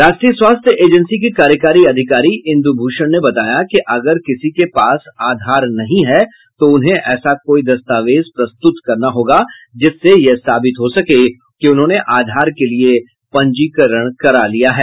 राष्ट्रीय स्वास्थ्य एजेंसी के कार्यकारी अधिकारी इंदु भूषण ने बताया कि अगर किसी के पास आधार नहीं है तो उन्हें ऐसा कोई दस्तावेज प्रस्तुत करना होगा जिससे यह साबित हो सके कि उन्होंने आधार के लिए पंजीकरण करा लिया है